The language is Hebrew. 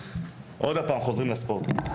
כשמנהלים אירוע של אלפי ספורטאים,